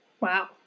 Wow